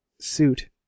suit